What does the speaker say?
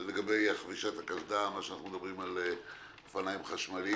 מה שאנחנו מדברים על אופניים חשמליים,